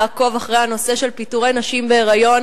לעקוב אחרי הנושא של פיטורי נשים בהיריון